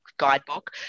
Guidebook